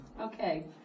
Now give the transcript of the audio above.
Okay